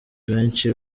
abenshi